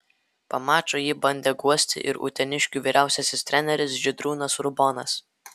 po mačo jį bandė guosti ir uteniškių vyriausiasis treneris žydrūnas urbonas